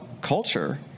culture